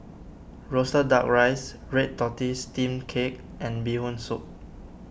Roasted Duck Rice Red Tortoise Steamed Cake and Bee Hoon Soup